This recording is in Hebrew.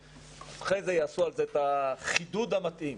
אחרי זה יעשו על זה את החידוד המתאים.